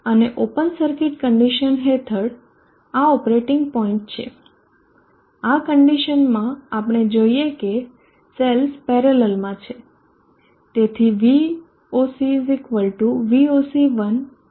અને open circuit condition હેઠળ આ ઓપરેટિંગ પોઈન્ટ છે આ કન્ડીશનમાં આપણે જોઈએ કે સેલ્સ પેરેલલમાં છે તેથી Voc Voc1 Voc2 થાય